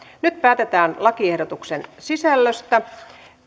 nyt päätetään lakiehdotusten sisällöstä